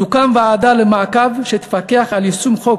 תוקם ועדה למעקב שתפקח על יישום החוק,